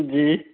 जी